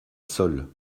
seule